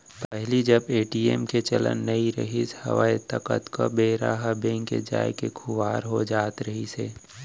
पहिली जब ए.टी.एम के चलन नइ रिहिस हवय ता कतको बेरा ह बेंक के जाय ले खुवार हो जात रहिस हे